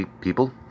people